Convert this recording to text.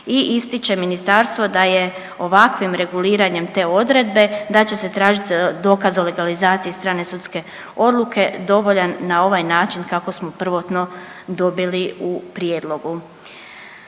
i ističe ministarstvo da je da ovakvim reguliranjem te odredbe da će se tražiti dokaz o legalizaciji strane sudske odluke dovoljan na ovaj način kako smo prvotno dobili u prijedlogu.